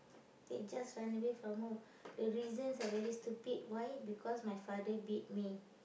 they just run away from home the reasons are very stupid why because my father beat me